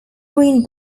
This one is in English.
green